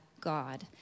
God